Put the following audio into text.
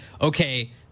okay